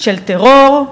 של טרור,